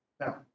Now